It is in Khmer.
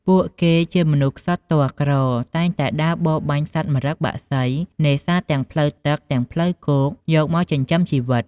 ពួកគេជាមនុស្សកម្សត់ទាល់ក្រ តែងតែដើរបរបាញ់សត្វម្រឹគបក្សី នេសាទទាំងផ្លូវទឹកទាំងផ្លូវគោក យកមកចិញ្ចឹមជីវិត។